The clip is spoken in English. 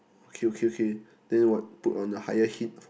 okay okay okay then what put on a higher heat